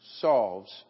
solves